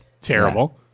Terrible